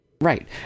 Right